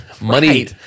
money